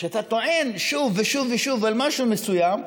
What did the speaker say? שכשאתה טוען שוב ושוב ושוב על משהו מסוים,